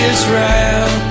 Israel